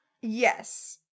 Yes